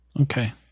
Okay